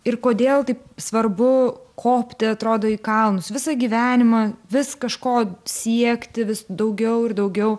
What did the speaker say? ir kodėl taip svarbu kopti atrodo į kalnus visą gyvenimą vis kažko siekti vis daugiau ir daugiau